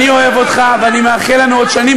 בן-אדם לא יכול לברך חבר פעם בבקשה לסיים.